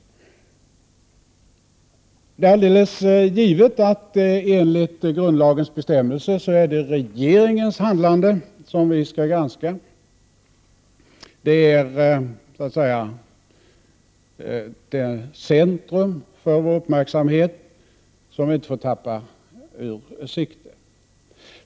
Det är alldeles givet att enligt grundlagens bestämmelser är det regeringens handlande som skall granskas. Regeringen är så att säga centrum för vår uppmärksamhet, något som vi inte får tappa ur sikte.